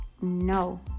no